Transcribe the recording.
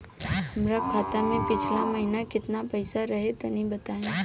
हमरा खाता मे पिछला महीना केतना पईसा रहे तनि बताई?